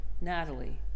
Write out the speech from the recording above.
Natalie